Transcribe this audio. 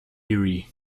erie